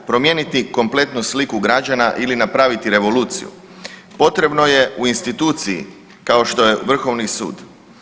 Promijeniti kompletnu sliku građana ili napraviti revoluciju potrebno je u instituciji kao što je vrhovni sud.